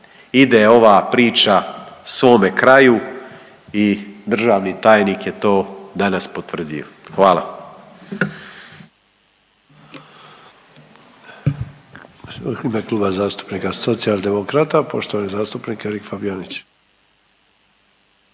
ide ova priča svome kraju i državni tajnik je to danas potvrdio. Hvala.